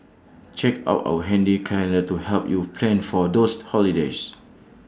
check out our handy calendar to help you plan for those holidays